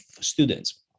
students